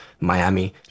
Miami